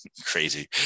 crazy